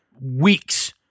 weeks